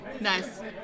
nice